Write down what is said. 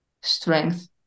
strength